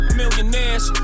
millionaires